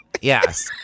Yes